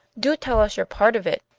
do tell us your part of it?